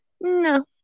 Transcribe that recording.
No